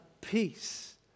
peace